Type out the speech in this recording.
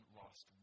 lost